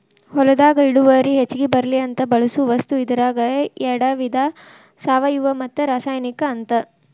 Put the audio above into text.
ಹೊಲದಾಗ ಇಳುವರಿ ಹೆಚಗಿ ಬರ್ಲಿ ಅಂತ ಬಳಸು ವಸ್ತು ಇದರಾಗ ಯಾಡ ವಿಧಾ ಸಾವಯುವ ಮತ್ತ ರಾಸಾಯನಿಕ ಅಂತ